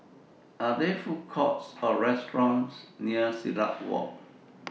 Are There Food Courts Or restaurants near Silat Walk